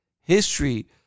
History